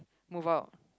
move out